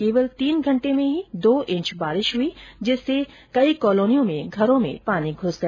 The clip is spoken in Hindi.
केवल तीन घंटें में ही दो इंच बारिश हुई जिससे कई कॉलोनियों में घरों में पानी घुस गया